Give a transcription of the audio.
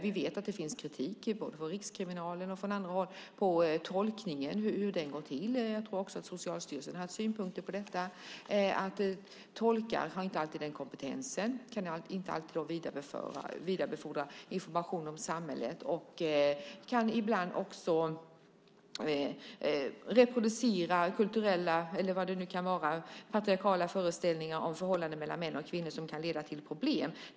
Vi vet att det finns kritik från Rikskriminalen och från andra håll mot hur tolkningen går till. Jag tror också att Socialstyrelsen hade synpunkter på detta. Tolkar har inte alltid den kompetens som behövs för att vidarebefordra information om samhället. De kan ibland också reproducera kulturella eller patriarkala föreställningar om förhållanden mellan män och kvinnor som kan leda till problem.